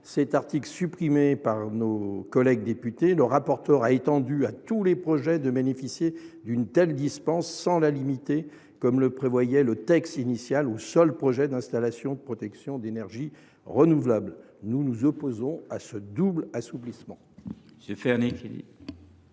cet article supprimé par les députés, le rapporteur a étendu à tous les projets le bénéfice d’une telle dispense, sans la limiter comme il était initialement prévu aux seuls projets d’installation de production d’énergie renouvelable. Nous nous opposons à ce double assouplissement.